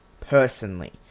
personally